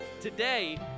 Today